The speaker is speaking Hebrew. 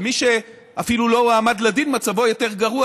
ומי שאפילו לא הועמד לדין מצבו יותר גרוע,